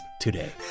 today